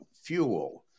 fuel